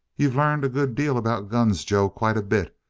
you've learned a good deal about guns, joe quite a bit.